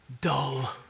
Dull